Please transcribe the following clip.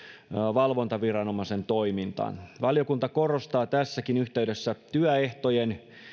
valvontaviranomaisen toimintaan valiokunta korostaa tässäkin yhteydessä työehtojen